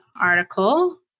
article